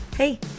Hey